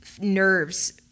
nerves